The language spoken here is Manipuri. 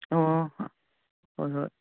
ꯑꯣ ꯍꯣꯏ ꯍꯣꯏ